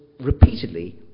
repeatedly